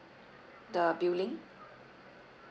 the billing